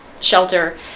shelter